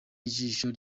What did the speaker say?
y’ijisho